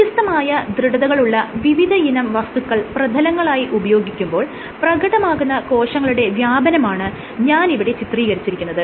വ്യത്യസ്തമായ ദൃഢതകളുള്ള വിവിധയിനം വസ്തുക്കൾ പ്രതലങ്ങളായി ഉപയോഗിക്കുമ്പോൾ പ്രകടമാകുന്ന കോശങ്ങളുടെ വ്യാപനമാണ് ഞാൻ ഇവിടെ ചിത്രീകരിച്ചിരിക്കുന്നത്